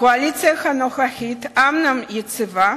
הקואליציה הנוכחית אומנם יציבה,